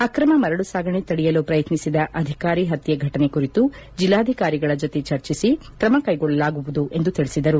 ಅಕ್ರಮ ಮರಳು ಸಾಗಣೆ ತಡೆಯಲು ಶ್ರಯತ್ನಿಸಿದ ಅಧಿಕಾರಿ ಪತ್ತೆ ಘಟನೆ ಕುರಿತು ಜಿಲ್ಲಾಧಿಕಾರಿಗಳ ಜೊತೆ ಚರ್ಚಿಸಿ ಕ್ರಮ ಕೈಗೊಳ್ಳಲಾಗುವುದು ಎಂದು ಅವರು ತಿಳಿಸಿದರು